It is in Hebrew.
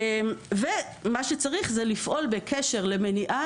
צריך לפעול בקשר למניעה,